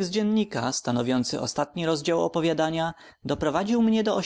z dziennika stanowiący ostatni rozdział opowiadania doprowadził mnie do